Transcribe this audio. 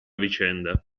vicenda